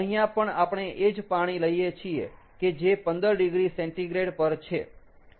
અહીંયા પણ આપણે એ જ પાણી લઈએ છીએ કે જે 15oC પર છે